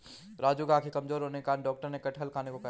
राजू की आंखें कमजोर होने के कारण डॉक्टर ने कटहल खाने को कहा